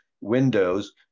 Windows